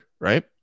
right